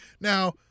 Now